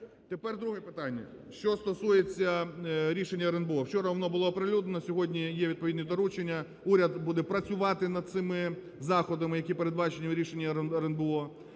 Тепер друге питання, що стосується рішення РНБО. Вчора воно було оприлюднено, сьогодні є відповідні доручення, уряд буде працювати над цими заходами, які передбачені в рішенні РНБО,